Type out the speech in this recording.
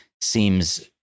seems